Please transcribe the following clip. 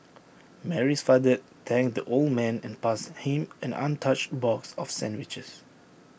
Mary's father thanked the old man and passed him an untouched box of sandwiches